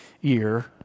year